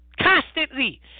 Constantly